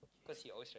because you always